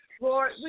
Lord